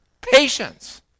patience